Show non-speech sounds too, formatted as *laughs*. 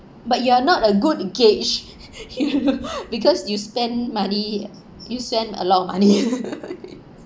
but you are not a good gauge *laughs* you because you spend money you spend a lot of money *laughs*